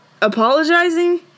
apologizing